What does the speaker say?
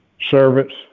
Servants